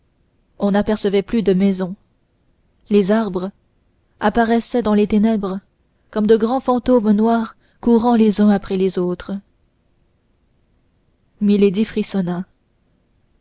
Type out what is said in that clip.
on n'apercevait plus de maisons des arbres apparaissaient dans les ténèbres comme de grands fantômes noirs courant les uns après les autres milady frissonna